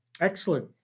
Excellent